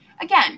again